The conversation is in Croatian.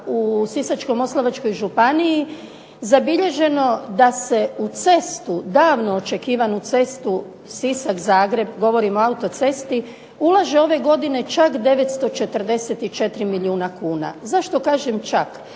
u Sisačko-moslavačkoj županiji zabilježeno da se u cestu, davno očekivanu cestu Sisak – Zagreb, govorim o autocesti ulaže ove godine čak 944 milijuna kuna. Zašto kažem čak?